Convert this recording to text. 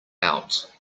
out